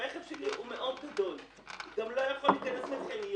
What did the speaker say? הרכב שלי גדול מאוד, הוא לא יכול להיכנס לחניון.